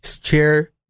Chair